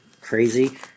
crazy